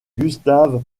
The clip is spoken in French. gustave